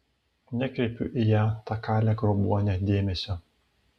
nekreipiu į ją tą kalę grobuonę dėmesio